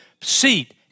seat